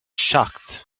shocked